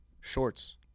Shorts